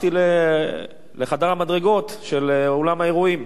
ברחתי לחדר המדרגות של אולם האירועים: